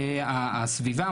הסביבה,